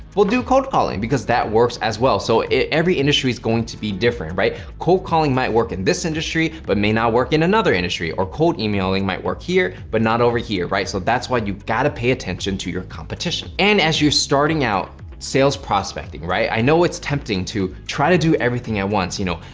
we'll do cold calling because that works as well. so every industry is going to be different, right? cold calling might work in this industry, but may not work in another industry. or cold emailing might work here, but not over here right? so that's why you've gotta pay attention to your competition. and as you're starting out sales prospecting, right? i know it's tempting to try to do everything at once you know,